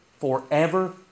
forever